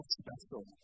special